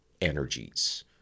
energies